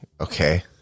okay